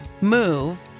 move